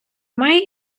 має